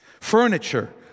furniture